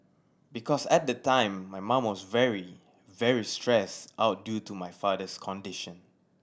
because at the time my mum was very very stressed out due to my father's condition